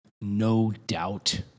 no-doubt